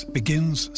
begins